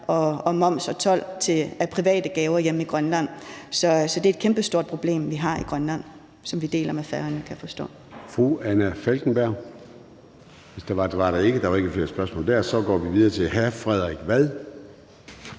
og moms og told af private gaver hjemme i Grønland. Så det er et kæmpestort problem, vi har i Grønland, som vi deler med Færøerne, kan jeg forstå.